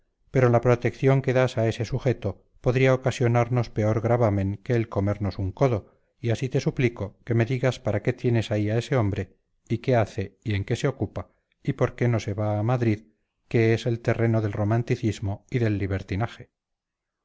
pero la protección que das a ese sujeto podría ocasionarnos peor gravamen que el comernos un codo y así te suplico me digas para qué tienes ahí a ese hombre y qué hace y en qué se ocupa y por qué no se va a madrid que es el terreno del romanticismo y del libertinaje